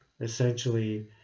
essentially